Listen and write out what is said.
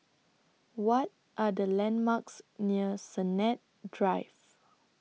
What Are The landmarks near Sennett Drive